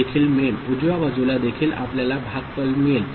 उजव्या बाजूला देखील आपल्याला भागफल मिळेल